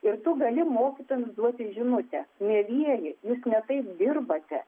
ir tu gali mokyti analizuoti žinutę mielieji jūs ne taip dirbate